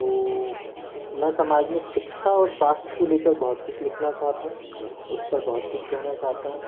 तो मैं समाज मे शिक्षा और स्वास्थ्य को लेकर बहुत कुछ लिखना चाहता हूँ उस पर बहुत कुछ कहना चाहता हूँ